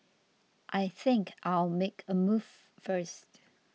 I think I'll make a move first